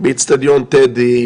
באצטדיון טדי,